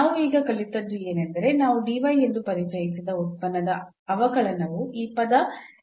ನಾವು ಈಗ ಕಲಿತದ್ದು ಏನೆಂದರೆ ನಾವು dy ಎಂದು ಪರಿಚಯಿಸಿದ ಉತ್ಪನ್ನದ ಅವಕಲನವು ಈ ಪದ ಆಗಿತ್ತು